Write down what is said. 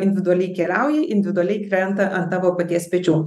individualiai keliauji individualiai krenta ant tavo paties pečių